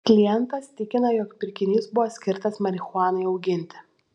klientas tikina jog pirkinys buvo skirtas marihuanai auginti